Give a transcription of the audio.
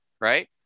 right